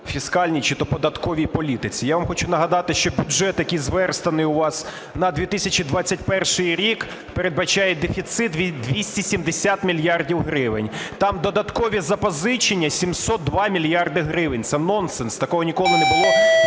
фіскальній чи то податковій політиці. Я вам хочу нагадати, що бюджет, який зверстаний у вас на 2021 рік, передбачає дефіцит в 270 мільярдів гривень. Там додаткові запозичення – 702 мільярди гривень. Це нонсенс, такого ніколи не було